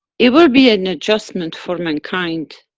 it will be an adjustment for mankind